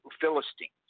Philistines